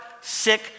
sick